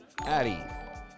Addy